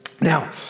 Now